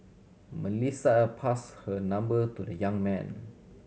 Melissa pass her number to the young man